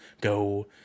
go